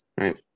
Right